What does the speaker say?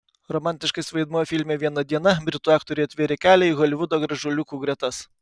romantiškas vaidmuo filme viena diena britų aktoriui atvėrė kelią į holivudo gražuoliukų gretas